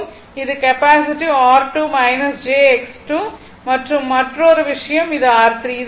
இது capacitive R2 jX2 மற்றும் மற்றொரு விஷயம் அது R3